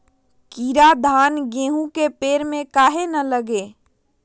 कीरा धान, गेहूं के पेड़ में काहे न लगे?